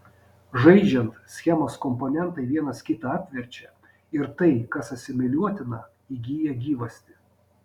žaidžiant schemos komponentai vienas kitą apverčia ir tai kas asimiliuotina įgyja gyvastį